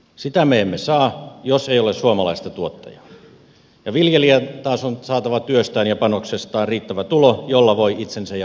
sitä me emme saa jos ei ole suomalaista tuottajaa ja viljelijän taas on saatava työstään ja panoksestaan riittävä tulo jolla voi itsensä ja perheensä elättää